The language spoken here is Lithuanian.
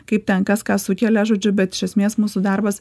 kaip ten kas ką sukelia žodžiu bet iš esmės mūsų darbas